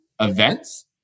events